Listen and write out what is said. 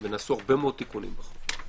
ונעשו הרבה מאוד תיקונים בחוק.